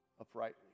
uprightly